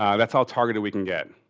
um that's how targeted we can get.